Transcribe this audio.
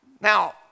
Now